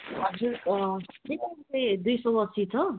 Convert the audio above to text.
हजुर अँ चिकन चाहिँ दुई सय अस्सी छ